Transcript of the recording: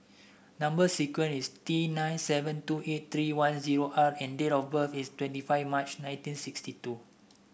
number sequence is T nine seven two eight three one zero R and date of birth is twenty five March nineteen sixty two